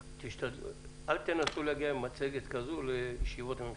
אל תנסו להגיע עם מצגת כזו לישיבות ממשלה.